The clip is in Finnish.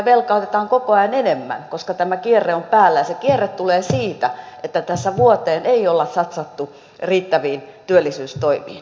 velkaa otetaan koko ajan enemmän koska tämä kierre on päällä ja se kierre tulee siitä että tässä ei vuoteen olla satsattu riittäviin työllisyystoimiin